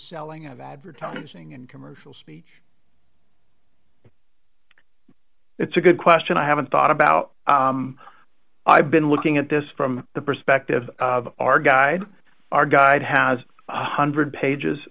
selling of advertising and commercial speech it's a good question i haven't thought about i've been looking at this from the perspective of our guide our guide has a one hundred pages